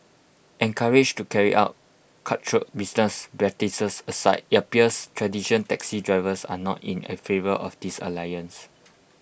encouraged to carry out cutthroat business practices aside IT appears traditional taxi drivers are not in A favour of this alliance